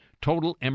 total